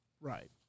Right